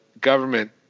government